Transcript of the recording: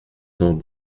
cent